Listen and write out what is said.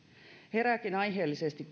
herääkin aiheellisesti